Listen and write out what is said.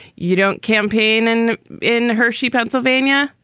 you don't campaign and in hershey, pennsylvania,